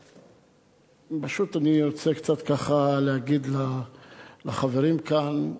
פשוט, אני רוצה קצת ככה להגיד לחברים כאן,